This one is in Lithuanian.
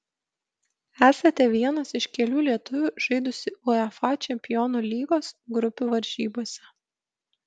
esate vienas iš kelių lietuvių žaidusių uefa čempionų lygos grupių varžybose